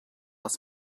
das